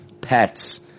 pets